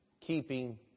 keeping